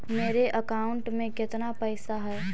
मेरे अकाउंट में केतना पैसा है?